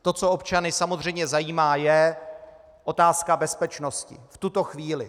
To, co občany samozřejmě zajímá, je otázka bezpečnosti v tuto chvíli.